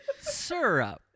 Syrup